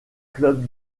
clubs